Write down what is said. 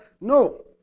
No